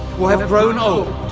have grown old,